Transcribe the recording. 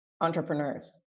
entrepreneurs